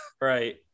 Right